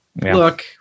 look